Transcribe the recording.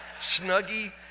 snuggie